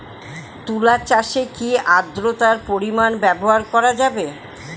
তুলা চাষে কি আদ্রর্তার পরিমাণ ব্যবহার করা যাবে?